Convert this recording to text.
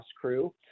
crew